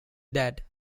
dead